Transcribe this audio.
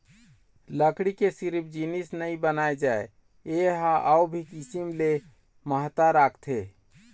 लकड़ी ले सिरिफ जिनिस नइ बनाए जाए ए ह अउ भी किसम ले महत्ता राखथे